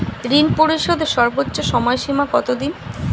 ঋণ পরিশোধের সর্বোচ্চ সময় সীমা কত দিন?